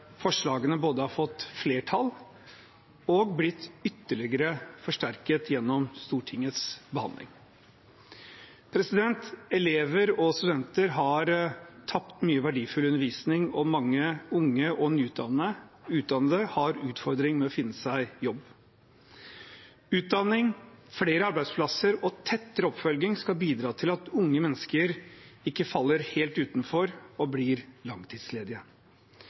forslagene både har fått flertall og har blitt ytterligere forsterket gjennom Stortingets behandling. Elever og studenter har tapt mye verdifull undervisning, og mange unge og nyutdannede har utfordringer med å finne seg jobb. Utdanning, flere arbeidsplasser og tettere oppfølging skal bidra til at unge mennesker ikke faller helt utenfor og blir langtidsledige.